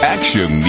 Action